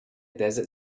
desert